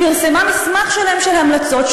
פרסמה מסמך שלם של המלצות,